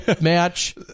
match